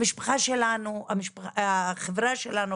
החברה שלנו,